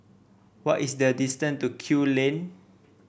what is the distance to Kew Lane